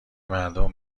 مردم